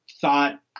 thought